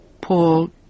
Paul